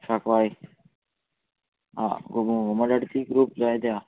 साकवाळें आं घुमट आरती ग्रूप जायतें हा